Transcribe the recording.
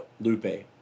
Lupe